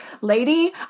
lady